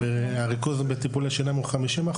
הריכוז בטיפולי שיניים הוא 50%,